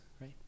right